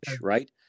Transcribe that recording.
right